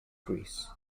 greece